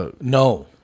No